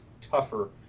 tougher